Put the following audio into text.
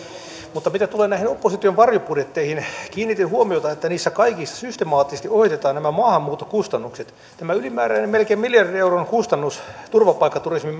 mutta mitä tulee näihin opposition varjobudjetteihin kiinnitin huomiota että niissä kaikissa systemaattisesti ohitetaan nämä maahanmuuton kustannukset tämä ylimääräinen melkein miljardin euron kustannus turvapaikkaturismin